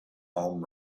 home